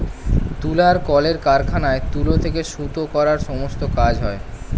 তুলার কলের কারখানায় তুলো থেকে সুতো করার সমস্ত কাজ হয়